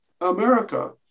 America